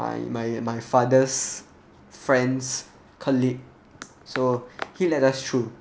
my my my father's friends colleague so he let us through